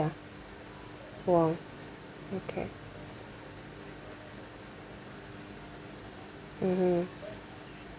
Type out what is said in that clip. !wow! okay mmhmm